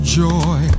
joy